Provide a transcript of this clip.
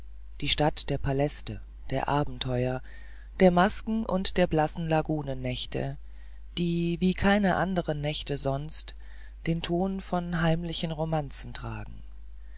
die stadt der paläste der abenteuer der masken und der blassen lagunennächte die wie keine anderen nächte sonst den ton von heimlichen romanzen tragen